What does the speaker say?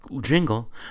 jingle